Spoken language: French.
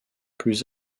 plus